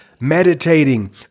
meditating